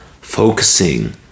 Focusing